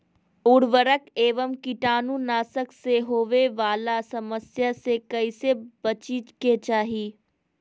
उर्वरक एवं कीटाणु नाशक से होवे वाला समस्या से कैसै बची के चाहि?